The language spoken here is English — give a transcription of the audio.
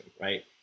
right